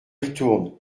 retourne